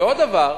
ועוד דבר,